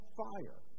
fire